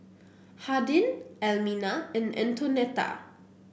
Hardin Elmina and Antonetta